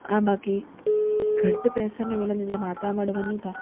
हा बाक़ी घटि पैसनि में मिलंदियूं या माता जे मढ वञूं था